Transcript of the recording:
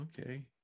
okay